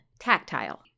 Tactile